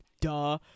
Duh